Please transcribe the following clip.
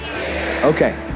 Okay